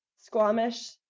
Squamish